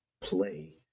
play